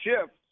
shift